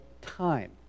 time